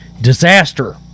disaster